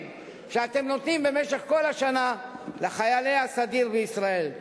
שאתם נותנים במשך כל השנה לחיילי הסדיר בישראל.